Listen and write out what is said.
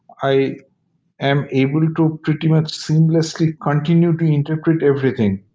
i am able to to pretty much seamlessly continue to interpret everything.